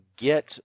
get